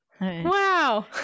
Wow